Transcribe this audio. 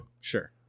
Sure